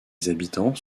habitants